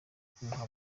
kumuha